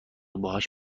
باهاش